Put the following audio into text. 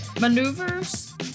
maneuvers